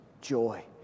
joy